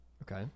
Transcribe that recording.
Okay